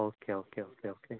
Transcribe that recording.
okay okay okay okay